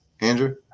Andrew